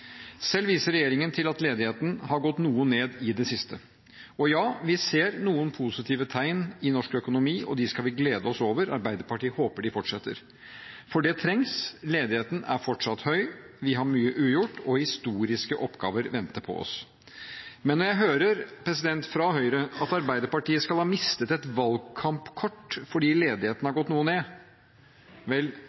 Selv viser regjeringen til at ledigheten har gått noe ned i det siste, og ja: Vi ser noen positive tegn i norsk økonomi, og dem skal vi glede oss over. Arbeiderpartiet håper de fortsetter. For det trengs. Ledigheten er fortsatt høy, vi har mye ugjort, og historiske oppgaver venter på oss. Men når jeg hører fra Høyre at Arbeiderpartiet skal ha mistet et valgkampkort fordi ledigheten har gått noe ned, vel,